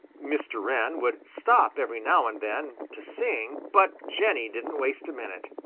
mr. wren would stop every now and then to sing, but jenny didn't waste a minute.